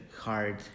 hard